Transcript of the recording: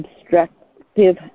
obstructive